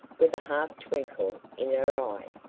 with a half-twinkle in her eyes.